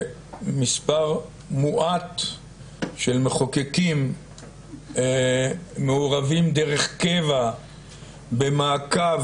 שמספר מועט של מחוקקים מעורבים דרך קבע במעקב